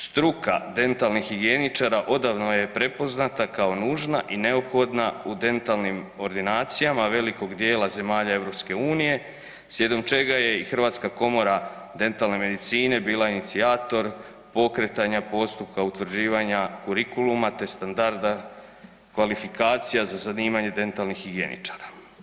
Struka dentalnih higijeničara odavno je prepoznata kao nužna i neophodna u dentalnim ordinacijama velikog dijela zemalja EU, slijedom čega je i Hrvatska komora dentalne medicine bila inicijator pokretanja postupka utvrđivanja kurikuluma te standarda kvalifikacija za zanimanje dentalnih higijeničara.